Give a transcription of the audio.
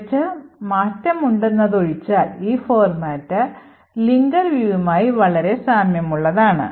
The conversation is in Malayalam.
കുറച്ച് മാറ്റങ്ങളുണ്ടെന്നതൊഴിച്ചാൽ ഈ ഫോർമാറ്റ് Linker view മായി വളരെ സാമ്യമുള്ളതാണ്